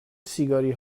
سیگاری